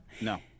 No